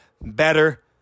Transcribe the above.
better